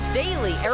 daily